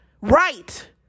Right